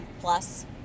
plus